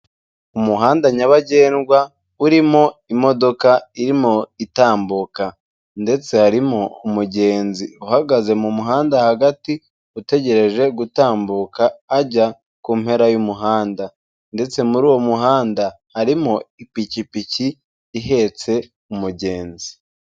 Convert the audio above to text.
Umuhanda nyabagendwa, urimo imodoka irimo itambuka. Ndetse harimo umugenzi uhagaze mu muhanda hagati, utegereje gutambuka ajya ku mpera y'umuhanda. Ndetse muri uwo muhanda harimo ipikipiki ihetse umugenzi.